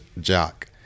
jock